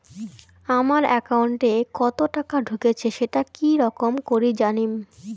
আমার একাউন্টে কতো টাকা ঢুকেছে সেটা কি রকম করি জানিম?